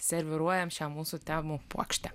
serviruojame šią mūsų temų puokštę